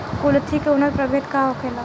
कुलथी के उन्नत प्रभेद का होखेला?